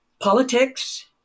politics